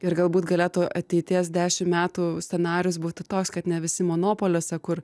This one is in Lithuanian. ir galbūt galėtų ateities dešim metų scenarijus būtų toks kad ne visi monopoliuose kur